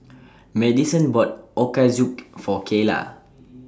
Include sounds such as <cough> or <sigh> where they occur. <noise> Madison bought <noise> Ochazuke For Kayla <noise>